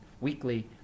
weekly